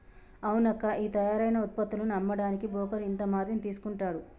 అవునక్కా ఈ తయారైన ఉత్పత్తులను అమ్మడానికి బోకరు ఇంత మార్జిన్ తీసుకుంటాడు